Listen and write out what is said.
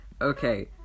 Okay